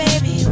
Baby